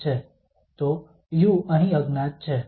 તો u અહીં અજ્ઞાત છે